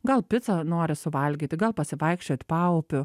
gal picą nori suvalgyti gal pasivaikščiot paupiu